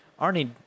Arnie